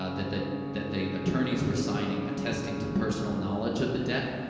ah that the that the attorneys were signing attesting to personal knowledge of the debt,